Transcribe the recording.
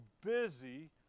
busy